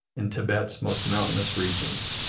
in thibet's most mountainous regions,